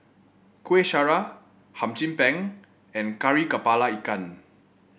Kueh Syara Hum Chim Peng and Kari kepala Ikan